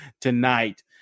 tonight